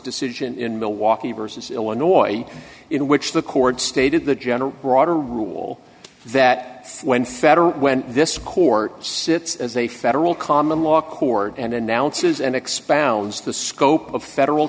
decision in milwaukee versus illinois in which the court stated the general broader rule that when federal when this court sits as a federal common law court and announces and expounds the scope of federal